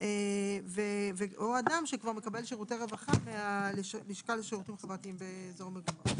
או אדם שכבר מקבל שירותי רווחה מהלשכה לשירותים חברתיים באזור מגוריו.